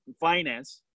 finance